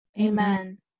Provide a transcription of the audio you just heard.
Amen